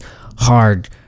hard